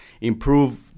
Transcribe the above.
improve